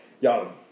Y'all